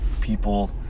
people